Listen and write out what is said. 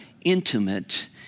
intimate